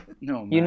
No